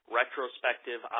retrospective